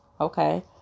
Okay